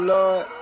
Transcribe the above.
Lord